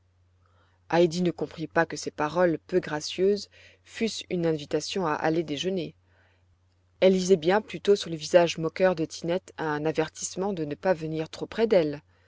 ne comprit pas que ces paroles peu gracieuses fussent une invitation à aller déjeuner elle lisait bien plutôt sur le visage moqueur de tinette un avertissement de ne pas venir trop près d'elle